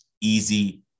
easy